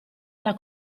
alla